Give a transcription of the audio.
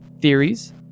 theories